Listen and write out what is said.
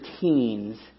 teens